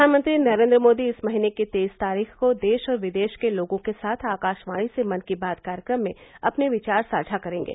प्रधानमंत्री नरेन्द्र मोदी इस महीने की तेईस तारीख को देश और विदेश के लोगों के साथ आकाशवाणी से मन की बात कार्यक्रम में अपने विचार साझा करेंगे